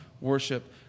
worship